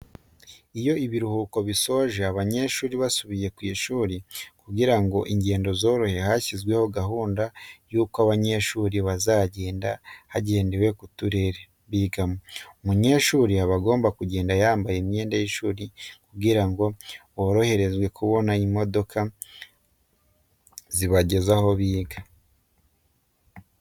Ibiruhuko iyo bisoje abanyeshuri basubira ku ishuri, kugira ngo ingendo zorohe hashyirwaho gahunda y'uko abanyeshuri bazagenda hagendewe ku turere bigamo, umunyeshuri aba agomba kugenda yambaye imyenda y'ishuri kugira ngo boroherezwe kubona imodoka zibageza aho biga.